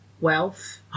wealth